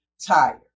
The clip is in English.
tired